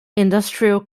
industrial